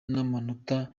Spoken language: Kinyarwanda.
n’amanota